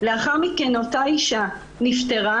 לאחר מכן אותה אישה נפטרה,